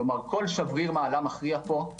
כלומר כל שבריר מעלה מכריע פה.